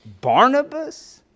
Barnabas